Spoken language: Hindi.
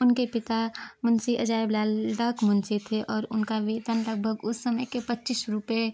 उनके पिता मुंशी अजायब लाल डाक मुंशी थे और उनका वेतन लगभग उस समय के पच्चीस रुपये